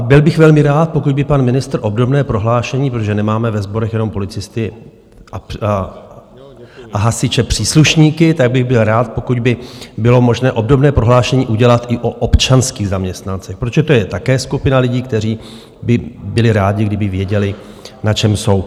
Byl bych velmi rád, pokud by pan ministr obdobné prohlášení, protože nemáme ve sborech jenom policisty a hasiče příslušníky, tak bych byl rád, pokud by bylo možné obdobné prohlášení udělat i o občanských zaměstnancích, protože to je také skupina lidí, kteří by také rádi, kdyby věděli, na čem jsou.